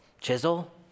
chisel